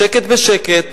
בשקט-בשקט